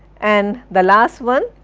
and the last one,